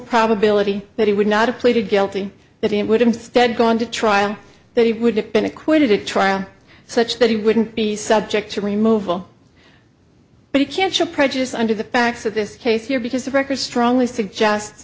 probability that he would not of pleaded guilty that it would instead gone to trial that he would have been acquitted at trial such that he wouldn't be subject to remove all but you can't show prejudice under the facts of this case here because the record strongly suggest